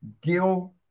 Gil